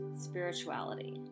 spirituality